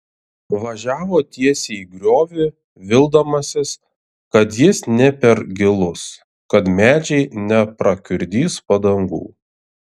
važiavo tiesiai į griovį vildamasis kad jis ne per gilus kad medžiai neprakiurdys padangų